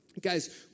guys